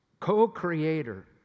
co-creator